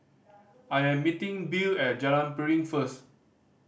I am meeting Bill at Jalan Piring first